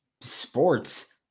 sports